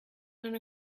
and